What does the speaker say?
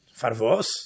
Farvos